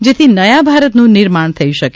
જેથી નયા ભારતનું નિર્માણ થઈ શકે